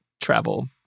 travel